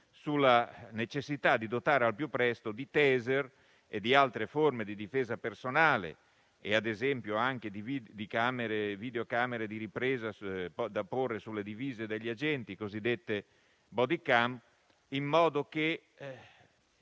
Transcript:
sulla necessità di dotare al più presto di Taser e di altre forme di difesa personale (ad esempio, di videocamere di ripresa da porre sulle divise degli agenti, le cosiddette *body cam*), in modo che